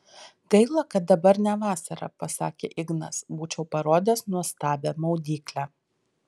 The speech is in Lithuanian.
gaila kad dabar ne vasara pasakė ignas būčiau parodęs nuostabią maudyklę